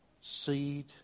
seed